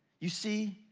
you see,